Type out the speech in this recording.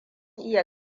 iya